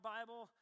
Bible